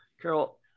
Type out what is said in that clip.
carol